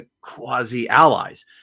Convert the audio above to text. quasi-allies